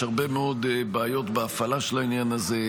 יש הרבה מאוד בעיות בהפעלה של העניין הזה,